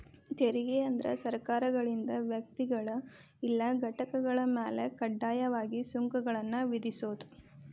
ತೆರಿಗೆ ಅಂದ್ರ ಸರ್ಕಾರಗಳಿಂದ ವ್ಯಕ್ತಿಗಳ ಇಲ್ಲಾ ಘಟಕಗಳ ಮ್ಯಾಲೆ ಕಡ್ಡಾಯವಾಗಿ ಸುಂಕಗಳನ್ನ ವಿಧಿಸೋದ್